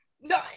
No